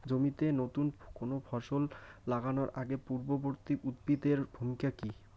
জমিতে নুতন কোনো ফসল লাগানোর আগে পূর্ববর্তী উদ্ভিদ এর ভূমিকা কি?